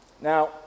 Now